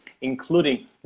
including